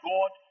God